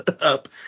up